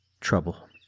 Trouble